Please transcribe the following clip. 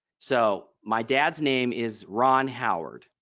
so my dad's name is ron howard.